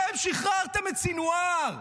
אתם שחררתם את סנוואר.